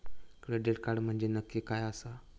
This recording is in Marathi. क्रेडिट कार्ड म्हंजे नक्की काय आसा?